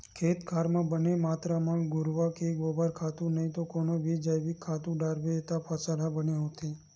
खेत खार म बने मातरा म घुरूवा के गोबर खातू नइते कोनो भी जइविक खातू डारबे त फसल ह बने होथे